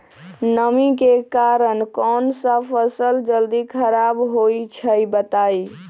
नमी के कारन कौन स फसल जल्दी खराब होई छई बताई?